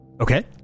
Okay